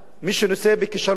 מי שנושא בכישלון,